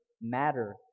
matter